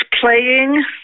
playing